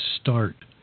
start